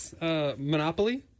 Monopoly